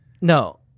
No